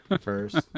first